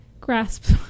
grasp